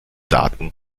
daten